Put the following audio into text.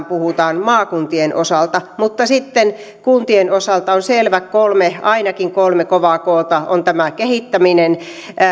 puhutaan maakuntien osalta mutta sitten kuntien osalta on selvät kolme ainakin kolme kovaa kta on tämä kehittäminen